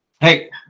Hey